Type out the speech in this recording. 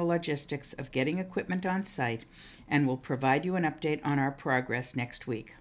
the logistics of getting equipment onsite and we'll provide you an update on our progress next week